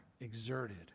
exerted